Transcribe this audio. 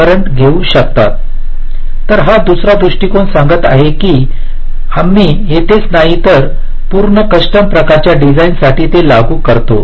Refer Slide Time 1512 तर हा दुसरा दृष्टिकोन सांगत आहे की आम्ही येथेच नाही तर पूर्ण कस्टम प्रकारच्या डिझाइनसाठी ते लागू करतो